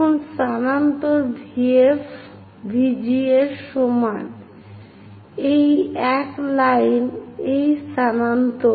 এখন স্থানান্তর VF VG এর সমান এই এক লাইন এই স্থানান্তর